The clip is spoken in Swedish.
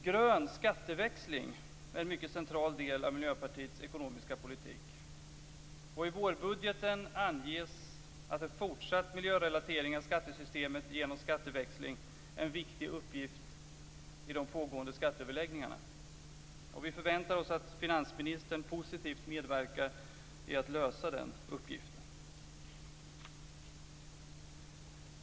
Grön skatteväxling är en mycket central del av Miljöpartiets ekonomiska politik. I vårbudgeten anges att en fortsatt miljörelatering beträffande skattesystemet genom skatteväxling är en viktig uppgift i de pågående skatteöverläggningarna. Vi förväntar oss att finansministern positivt medverkar när det gäller att lösa den uppgiften.